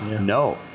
No